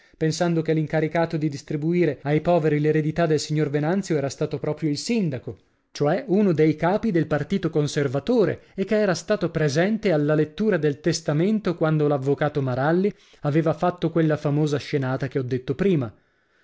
pensando che l'incaricato di distribuire ai poveri l'eredità del signor venanzio era stato proprio il sindaco cioè uno dei capi del partito conservatore e che era stato presente alla lettura del testamento quando l'avvocato maralli aveva fatto quella famosa scenata che ho detto prima